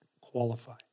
qualify